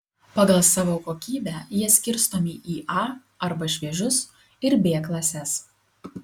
pagal savo kokybę jie skirstomi į a arba šviežius ir b klases